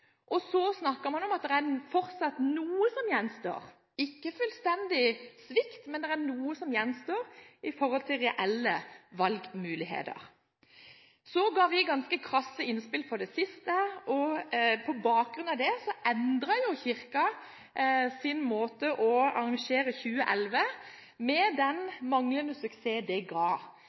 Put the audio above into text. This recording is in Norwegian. Så snakker man om at det fortsatt er noe som gjenstår. Det er ikke fullstendig svikt, men det er noe som gjenstår i forhold til reelle valgmuligheter. Så ga vi ganske krasse innspill på det siste, og på bakgrunn av det endret Kirken sin måte å arrangere det på – med den manglende suksess det